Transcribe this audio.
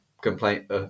complaint